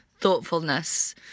thoughtfulness